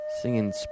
singing